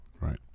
Right